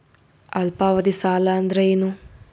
ಅಲ್ಪಾವಧಿ ಸಾಲ ಅಂದ್ರ ಏನು?